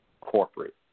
corporate